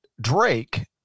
drake